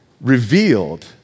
revealed